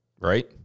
right